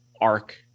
arc